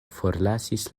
forlasis